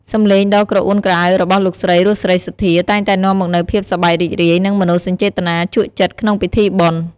សំឡេងដ៏ក្រអួនក្រអៅរបស់លោកស្រី រស់ សេរីសុទ្ធា តែងតែនាំមកនូវភាពសប្បាយរីករាយ និងមនោសញ្ចេតនាជក់ចិត្តក្នុងពិធីបុណ្យ។